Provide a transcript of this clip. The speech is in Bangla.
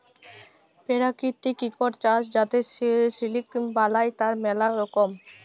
পেরাকিতিক ইকট চাস যাতে সিলিক বালাই, তার ম্যালা রকম